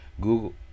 Google